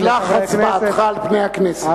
שלח הצבעתך על פני הכנסת.